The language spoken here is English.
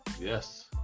Yes